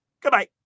Goodbye